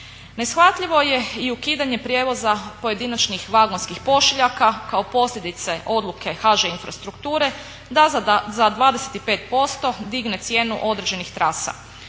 Neshvatljivo je i ukidanje prijevoza pojedinačnih vagonskih pošiljaka kao posljedice odluke HŽ Infrastrukture da za 25% digne cijenu određenih trasa.